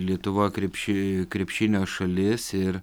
lietuva krepši krepšinio šalis ir